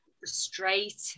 frustrated